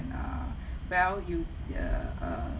err well you uh uh